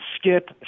skip